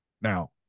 Now